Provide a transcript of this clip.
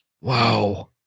Wow